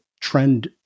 trend